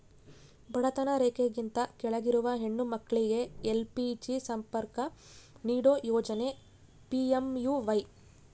ಬಡತನ ರೇಖೆಗಿಂತ ಕೆಳಗಿರುವ ಹೆಣ್ಣು ಮಕ್ಳಿಗೆ ಎಲ್.ಪಿ.ಜಿ ಸಂಪರ್ಕ ನೀಡೋ ಯೋಜನೆ ಪಿ.ಎಂ.ಯು.ವೈ